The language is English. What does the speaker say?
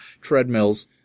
treadmills